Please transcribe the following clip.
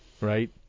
right